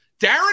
Darren